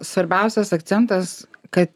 svarbiausias akcentas kad